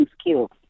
skills